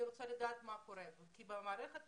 אני רוצה לדעת מה קורה איתם, כי בגל הראשון